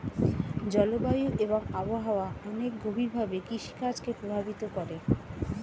জলবায়ু এবং আবহাওয়া অনেক গভীরভাবে কৃষিকাজ কে প্রভাবিত করে